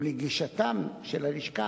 ולגישתה של הלשכה,